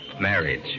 Marriage